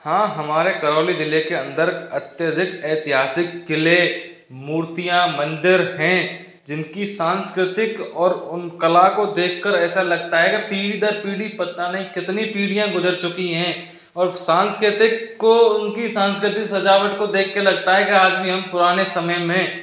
हाँ हमारे करौली ज़िले के अंदर अत्यधिक ऐतिहासिक किले मूर्तियाँ मंदिर हैं जिनकी सांस्कृतिक और उन कला को देख कर ऐसा लगता है कि पीढ़ी दर पीढ़ी पता नहीं कितनी पीढ़ियाँ गुज़र चुकी हैं और सांस्कृतिक को उनकी साँस्कृतिक सजावट को देखके लगता है आज भी हम पुराने समय में